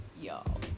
y'all